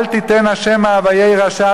אל תיתן ה' מאוויי רשע,